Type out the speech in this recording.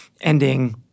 ending